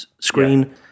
Screen